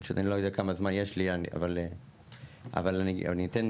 אני לא יודע כמה זמן יש לי אבל אני אתן.